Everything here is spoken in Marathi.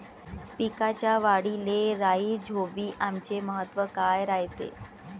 पिकाच्या वाढीले राईझोबीआमचे महत्व काय रायते?